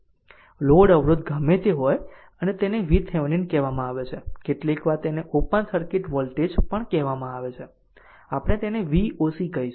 load અવરોધ ગમે તે હોય અને તેને vTheveninકહેવામાં આવે છે કેટલીકવાર તેને ઓપન સર્કિટ વોલ્ટેજ પણ કહેવામાં આવે છે આપણે v oc કહીશું